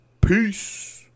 peace